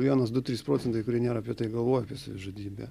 vienas du trys procentai kurie nėra apie tai galvoję apie savižudybę